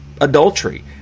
adultery